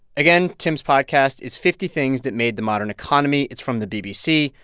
again, tim's podcast is fifty things that made the modern economy. it's from the bbc.